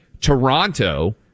toronto